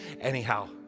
anyhow